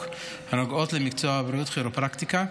הנוגעות למקצוע הבריאות כירופרקטיקה,